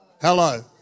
Hello